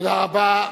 תודה רבה.